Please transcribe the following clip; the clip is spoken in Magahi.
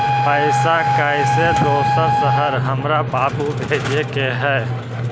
पैसा कैसै दोसर शहर हमरा बाबू भेजे के है?